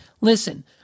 Listen